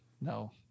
No